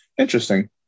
Interesting